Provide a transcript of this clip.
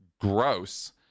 Gross